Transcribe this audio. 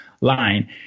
line